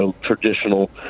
traditional